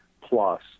plus